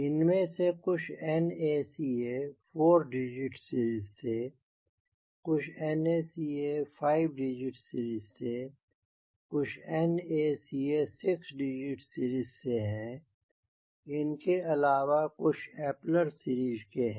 इनमे से कुछ NACA 4 digit series से कुछ NACA 5 digit series से कुछ NACA 6 digit series से हैं इनके अलावे कुछ Eppler series के हैं